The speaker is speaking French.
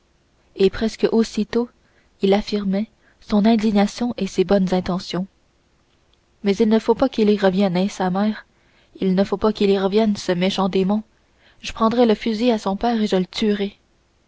et presque aussitôt il affirmait son indignation et ses bonnes intentions mais il ne faut pas qu'il y revienne eh sa mère il ne faut pas qu'il y revienne ce méchant démon je prendrai le fusil à son père et je le tuerai